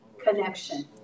connection